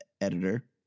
editor